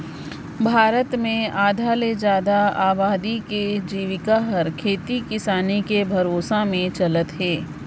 भारत ले आधा ले जादा अबादी के जिविका हर खेती किसानी के भरोसा में चलत हे